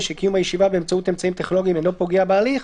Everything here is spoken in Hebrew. ושקיום הישיבה באמצעות אמצעים טכנולוגיים אינו פוגע בהליך,